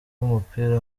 w’umupira